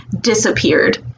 disappeared